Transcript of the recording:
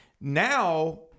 Now